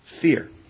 fear